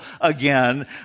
again